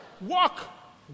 Walk